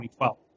2012